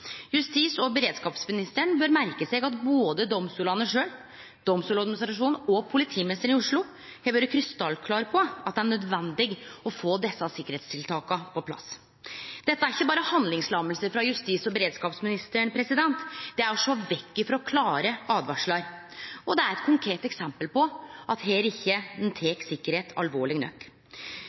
Justis- og beredskapsministeren bør merke seg at både domstolane sjølve, domstolsadministrasjonen og politimeistaren i Oslo har vore krystallklare på at det er nødvendig å få desse sikkerheitstiltaka på plass. Dette er ikkje berre handlingslamming frå justis- og beredskapsministeren, det er å sjå vekk frå klare åtvaringar, og det er eit konkret eksempel på at ein her ikkje tek sikkerheit alvorlig nok.